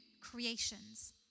creations